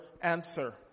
answer